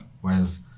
whereas